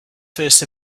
first